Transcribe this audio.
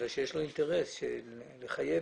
שזה יהיה בעל